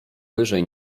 wyżej